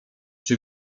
czy